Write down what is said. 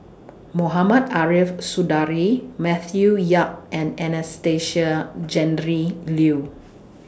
Mohamed Ariff Suradi Matthew Yap and Anastasia Tjendri Liew